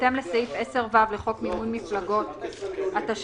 בהתאם לסעיף 10(ו) לחוק מימון מפלגות התשל"ג-1973,